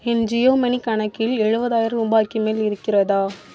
என் Jio money கணக்கில் எழுபதாயிரம் ரூபாய்க்கு மேல் இருக்கிறதா